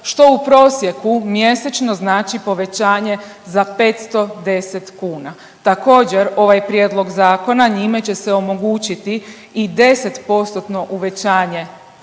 što u prosjeku mjesečno znači povećanje za 510 kuna. Također ovaj prijedlog zakona njime će se omogućiti i 10% uvećanje